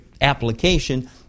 application